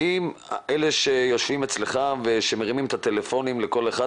האם אלה שיושבים אצלך ומרימים את הטלפונים לכל אחד,